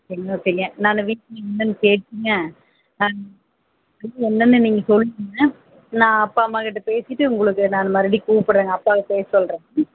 எங்கே வைப்பிங்க நான் வீட்லையும் என்னென்னு கேட்டுங்க ஆ என்னென்னு நீங்கள் சொல்லிவிடுங்க நான் அப்பா அம்மாகிட்ட பேசிட்டு உங்களுக்கு நான் மறுபடியும் கூப்பிட்றேங்க அப்பாவை பேச சொல்லுறேன் ம்